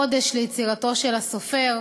קודש ליצירתו של הסופר